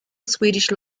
swedish